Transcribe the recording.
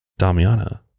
Damiana